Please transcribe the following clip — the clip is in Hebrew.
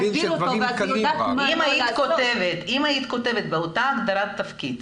אם היית כותבת באותה הגדרת תפקיד,